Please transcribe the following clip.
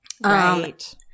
right